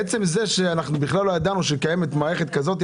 עצם זה שבכלל לא ידענו שקיימת מערכת כזאת.